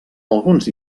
alguns